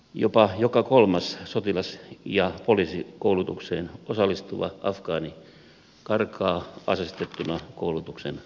jopa joka kolmas sotilas ja poliisikoulutukseen osallistuva afgaani karkaa aseistettuna koulutuksen aikana